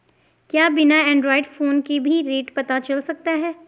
क्या बिना Android phone के भी रेट पता चल सकता है?